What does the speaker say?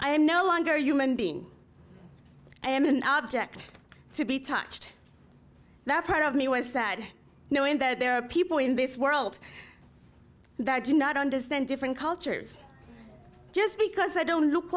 am no longer a human being i am an object to be touched that part of me was sad knowing that there are people in this world that do not understand different cultures just because i don't look